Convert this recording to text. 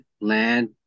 land